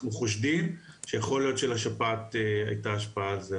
אנחנו חושדים שיכול להיות שלשפעת הייתה השפעה על זה.